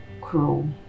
cruel